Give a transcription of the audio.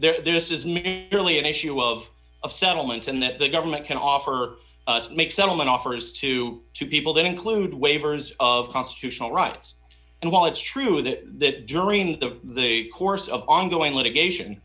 because there is not really an issue of a settlement and that the government can offer us make settlement offers to two people that include waivers of constitutional rights and while it's true that during the course of ongoing litigation